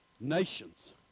nations